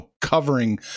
covering